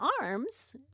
arms